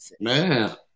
Man